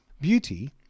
Beauty